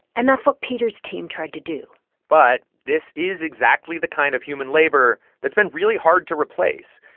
and that's what peter's team tried to do but this is exactly the kind of human labor that's been really hard to replace.